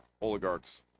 oligarchs